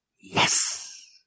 Yes